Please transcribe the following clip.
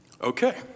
Okay